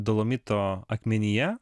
dolomito akmenyje